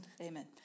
Amen